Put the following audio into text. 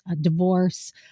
divorce